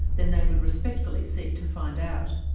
then they would respectfully seek to find out.